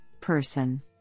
person